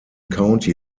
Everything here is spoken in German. county